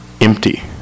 Empty